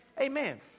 Amen